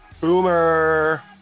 Boomer